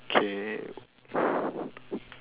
okay